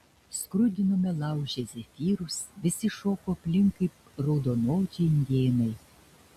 skrudinome lauže zefyrus visi šoko aplink kaip raudonodžiai indėnai